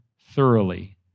thoroughly